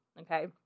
okay